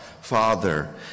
Father